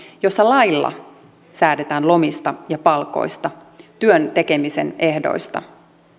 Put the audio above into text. jossa lailla säädetään lomista ja palkoista työn tekemisen ehdoista